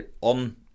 on